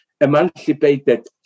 emancipated